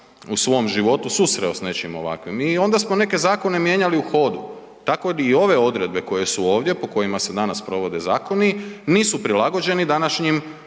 u svom životu susreo s nečim ovakvim i onda smo neke zakone mijenjali u hodu. Tako i ove odredbe koje su ovdje, po kojima se danas provode zakone, nisu prilagođeni današnjim